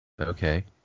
Okay